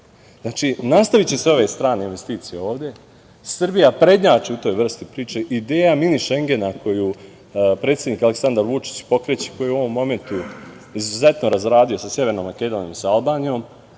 Znači, nastaviće se ove strane investicije ovde. Srbija prednjači u toj vrsti priče. Ideja „mini Šengena“ koju predsednik Aleksandar Vučić pokreće, koju je u ovom momentu izuzetno razradio sa Severnom Makedonijom i sa Albanijom,